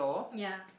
ya